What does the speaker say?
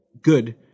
good